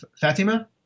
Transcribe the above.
Fatima